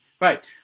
Right